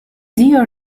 dear